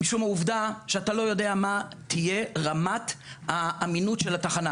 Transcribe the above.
משום העובדה שאתה לא יודע מה תהיה רמת האמינות של התחנה.